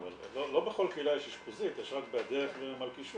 לא בכל קהילה יש אשפוזית, יש רק בהדרך ובמלכישוע.